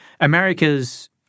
America's